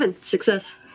Success